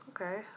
okay